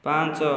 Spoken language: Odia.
ପାଞ୍ଚ